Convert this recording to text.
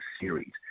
series